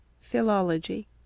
Philology